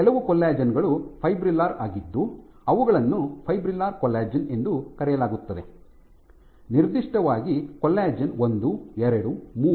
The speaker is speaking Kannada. ಕೆಲವು ಕೊಲ್ಲಾಜೆನ್ ಗಳು ಫೈಬ್ರಿಲ್ಲರ್ ಆಗಿದ್ದು ಅವುಗಳನ್ನು ಫೈಬ್ರಿಲ್ಲರ್ ಕೊಲ್ಲಾಜೆನ್ ಎಂದು ಕರೆಯಲಾಗುತ್ತದೆ ನಿರ್ದಿಷ್ಟವಾಗಿ ಕೊಲ್ಲಾಜೆನ್ ಒಂದು ಎರಡು ಮೂರು